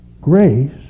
Grace